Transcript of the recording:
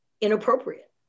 inappropriate